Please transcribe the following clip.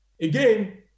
Again